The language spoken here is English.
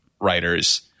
writers –